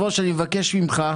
אני מבקש ממך,